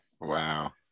Wow